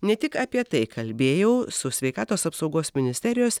ne tik apie tai kalbėjau su sveikatos apsaugos ministerijos